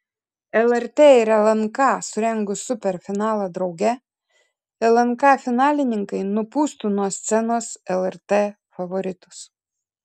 lrt ir lnk surengus superfinalą drauge lnk finalininkai nupūstų nuo scenos lrt favoritus